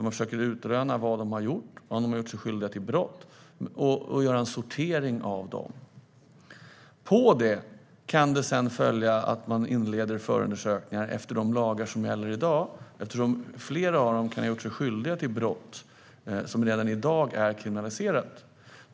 Man försöker då utröna vad de har gjort och om de har gjort sig skyldiga till brott. Man gör en sortering av dem. På det kan sedan följa att man inleder förundersökningar efter de lagar som gäller i dag, eftersom flera av dem kan ha gjort sig skyldiga till sådant som redan i dag är kriminaliserat.